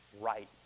right